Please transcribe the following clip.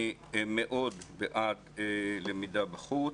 אני מאוד בעד למידה בחוץ.